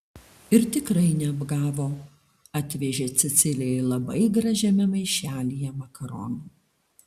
ir tikrai neapgavo atvežė cecilijai labai gražiame maišelyje makaronų